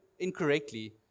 incorrectly